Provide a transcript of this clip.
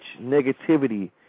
negativity